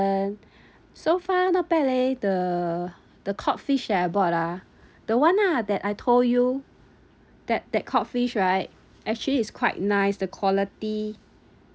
so far not bad leh the the codfish that I bought ah the one lah that I told you that that codfish right actually is quite nice the quality